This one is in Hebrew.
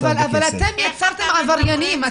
אבל אתם יצרתם עבריינים.